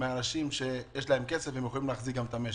באנשים שיש להם כסף והם יכולים להחזיק את המשק.